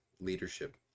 leadership